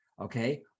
Okay